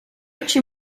oči